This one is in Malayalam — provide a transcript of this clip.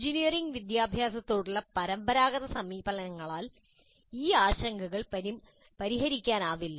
എഞ്ചിനീയറിംഗ് വിദ്യാഭ്യാസത്തോടുള്ള പരമ്പരാഗത സമീപനങ്ങളാൽ ഈ ആശങ്കകൾ പരിഹരിക്കാനാവില്ല